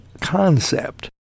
concept